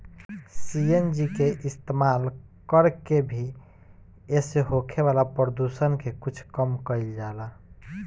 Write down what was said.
CNG के इस्तमाल कर के भी एसे होखे वाला प्रदुषण के कुछ कम कईल जाला